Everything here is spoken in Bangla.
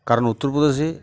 কারণ উত্তরপ্রদেশে